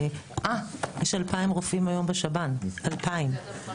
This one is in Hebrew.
2,000, אצלנו.